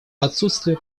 отсутствие